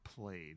played